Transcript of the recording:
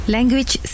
Language